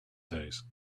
days